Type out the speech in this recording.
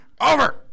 over